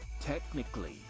technically